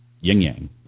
yin-yang